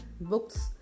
books